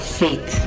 faith